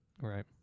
right